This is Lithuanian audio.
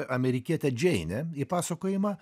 amerikietę džeinę į pasakojimą